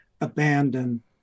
abandon